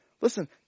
Listen